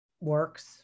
works